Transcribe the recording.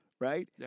right